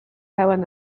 pełen